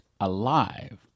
alive